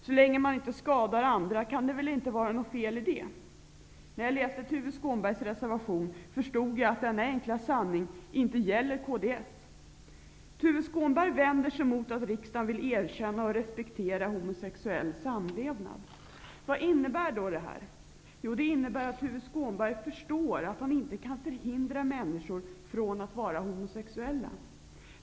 Så länge man inte skadar andra, kan det väl inte vara något fel i det. När jag läste Tuve Skånbergs reservation förstod jag att denna enkla sanning inte gäller för Kds. Tuve Skånberg vänder sig mot att riksdagen vill erkänna och respektera homosexuell samlevnad. Vad innebär då det här? Jo, det innebär att Tuve Skånberg förstår att han inte kan hindra människor från att vara homosexuella.